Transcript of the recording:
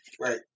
Right